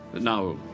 Now